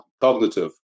cognitive